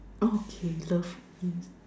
okay love yes